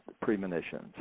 premonitions